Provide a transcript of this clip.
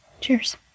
cheers